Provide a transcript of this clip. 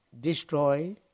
destroy